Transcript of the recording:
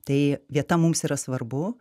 tai vieta mums yra svarbu